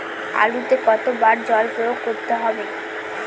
আলুতে কতো বার জল প্রয়োগ করতে হবে?